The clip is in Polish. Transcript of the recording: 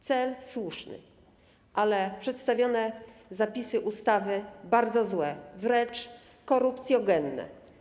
Cel jest słuszny, ale przedstawione zapisy ustawy są bardzo złe, wręcz korupcjogenne.